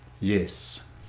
Yes